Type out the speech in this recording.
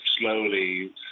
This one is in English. slowly